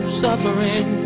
suffering